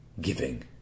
giving